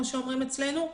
כמו שאומרים אצלנו,